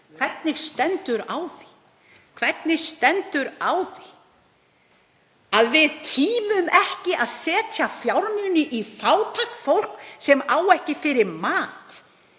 Hvernig stendur á því? Hvernig stendur á því að við tímum ekki að setja fjármuni í fátækt fólk sem á ekki fyrir mat?